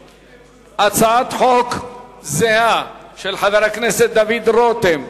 הצעת חוק זהה של חבר הכנסת דוד רותם: